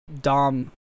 Dom